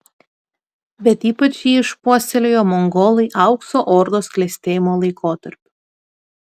bet ypač jį išpuoselėjo mongolai aukso ordos klestėjimo laikotarpiu